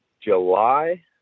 July